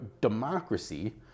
democracy